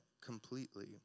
completely